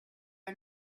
are